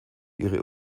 ihre